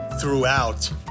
throughout